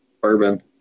bourbon